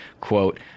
Quote